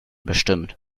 bestimmt